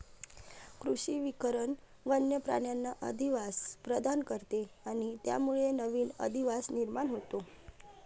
कृषी वनीकरण वन्य प्राण्यांना अधिवास प्रदान करते आणि त्यामुळे नवीन अधिवास निर्माण होतो